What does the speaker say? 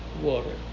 water